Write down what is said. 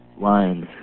lines